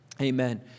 Amen